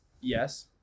yes